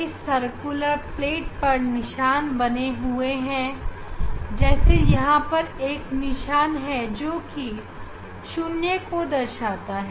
इस circular scale पर निशान बने हुए हैं जैसे यहां पर एक निशान है जो कि 0 को दर्शाता है